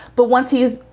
but once he is,